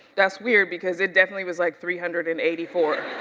that's weird because it definitely was like three hundred and eighty four